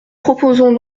proposons